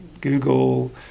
Google